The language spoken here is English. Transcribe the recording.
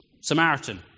Samaritan